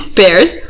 bears